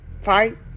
fight